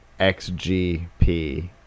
xgp